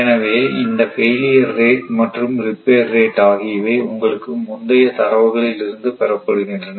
எனவே இந்த failure rate மற்றும் ரிப்பேர் ரேட் ஆகியவை உங்களுடைய முந்தைய தரவுகளில் இருந்து பெறப்படுகின்றன